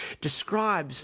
describes